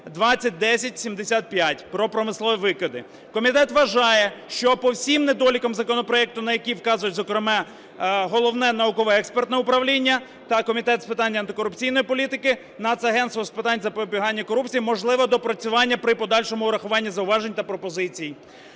2010/75 про промислові викиди. Комітет вважає, що по всім недолікам законопроекту, на які вказують, зокрема, Головне науково-експертне управління та Комітет з питань антикорупційної політики, Нацагентство з питань запобігання корупції, можливе доопрацювання при подальшому врахуванні зауважень та пропозицій.